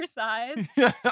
exercise